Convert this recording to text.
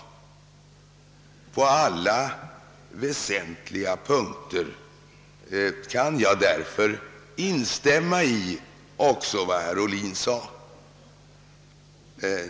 På alla väsentliga punkter kan jag därför instämma också i vad herr Ohlin sade.